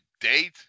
date